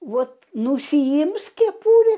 vot nusiims kepurę